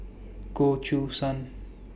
Goh Choo San